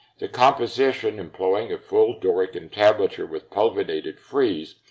the composition, employing a full doric entablature with pulvinated frieze,